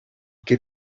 que